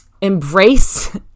embrace